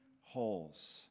holes